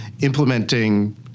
implementing